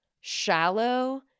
shallow